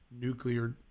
nuclear